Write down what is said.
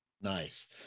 Nice